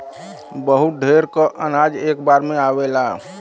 बहुत ढेर क अनाज एक बार में आवेला